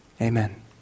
Amen